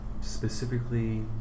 specifically